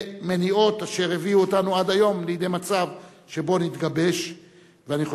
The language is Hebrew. ומניעות אשר הביאו אותנו עד היום לידי מצב שבו נתגבש,